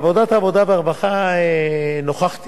בוועדת העבודה והרווחה נוכחתי